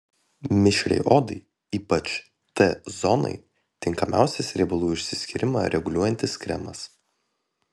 mišriai odai ypač t zonai tinkamiausias riebalų išsiskyrimą reguliuojantis kremas